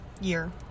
year